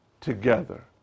together